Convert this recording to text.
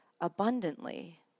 abundantly